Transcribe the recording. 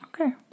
okay